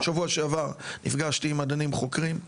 שבוע שעבר נפגשתי עם כמה מדענים חוקרים,